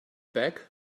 back